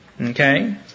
okay